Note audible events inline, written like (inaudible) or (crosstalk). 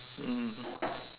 mmhmm (noise)